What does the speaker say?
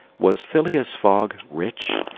was phileas fogg rich?